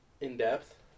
in-depth